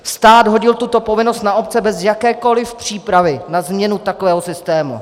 Stát hodil tuto povinnost na obce bez jakékoliv přípravy na změnu takového systému.